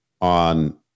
on